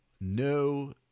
No